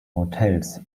hotels